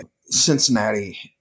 Cincinnati